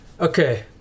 Okay